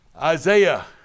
Isaiah